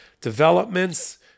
developments